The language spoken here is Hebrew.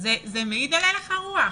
זה מעיד על הלך הרוח.